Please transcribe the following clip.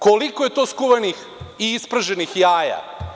Koliko je to skuvanih i isprženih jaja?